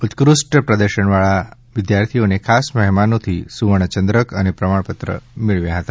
ઉત્કૃષ્ટ પ્રદર્શન કરવાવાળા વિદ્યાર્થીઓ એ ખાસ મહેમાનોથી સુવર્ણચંદ્રક અને પ્રમાણપત્ર મેળવ્યા હતા